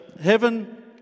heaven